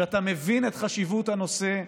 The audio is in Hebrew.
שאתה מבין את חשיבות הנושא,